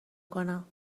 بکنم